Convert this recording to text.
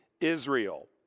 Israel